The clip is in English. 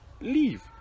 leave